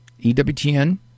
ewtn